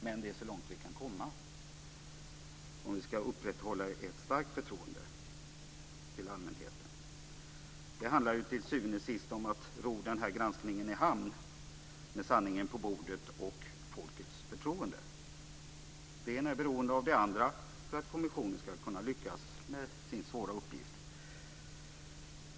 Men det är så långt vi kan komma om vi ska upprätthålla ett starkt förtroende från allmänheten. Det handlar ju till syvende och sist om att ro den här granskningen i hamn med sanningen på bordet och folkets förtroende. Det ena är beroende av det andra för att kommissionen ska lyckas med sin svåra uppgift.